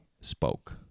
spoke